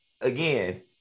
again